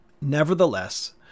Nevertheless